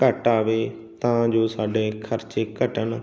ਘੱਟ ਆਵੇ ਤਾਂ ਜੋ ਸਾਡੇ ਖਰਚੇ ਘਟਣ